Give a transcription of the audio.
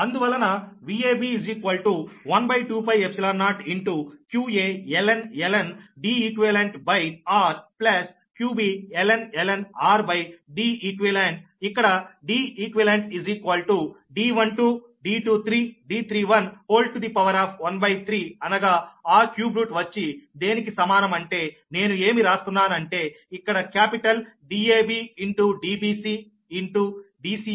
అందువలన Vab 12π0qaln Deqr qbln rDeq ఇక్కడ Deq13అనగా ఆ క్యూబ్ రూట్ వచ్చి దేనికి సమానం అంటే నేను ఏమి రాస్తున్నాను అంటే ఇక్కడ capital Dab Dbc Dca 1 by 3వ వంతు